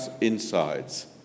insides